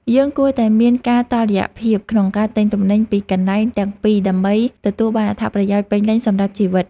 យើងគួរតែមានការតុល្យភាពក្នុងការទិញទំនិញពីកន្លែងទាំងពីរដើម្បីទទួលបានអត្ថប្រយោជន៍ពេញលេញសម្រាប់ជីវិត។